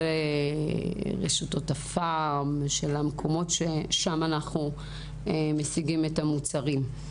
רשתות הפארם שבהן אנחנו קונים את המוצרים.